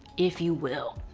if you will.